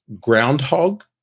groundhog